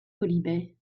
quolibets